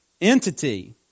entity